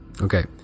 Okay